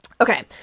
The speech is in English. Okay